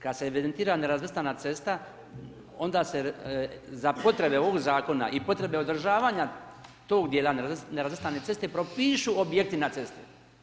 Kad se evidentira nerazvrstana cesta, onda se za potrebe ovog zakona i potrebe održavanja tog dijela nerazvrstane ceste propišu objekti na cesti.